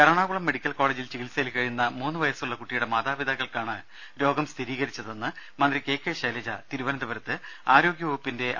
Ernakulam medical കോളജിൽ ചികിത്സയിൽ കഴിയുന്ന മൂന്ന് വയസുള്ള കുട്ടിയുടെ മാതാപിതാക്കൾക്കാണ് രോഗം സ്ഥിരീകരിച്ചതെന്ന് തിരുവനന്തപുരത്ത് ആരോഗ്യവകുപ്പിന്റെ മന്ത്രി കെ